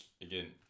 again